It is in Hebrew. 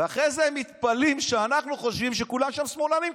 ואחרי זה הם מתפלאים שאנחנו חושבים שכמעט כולם שם שמאלנים,